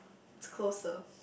it's closer